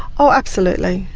oh absolutely,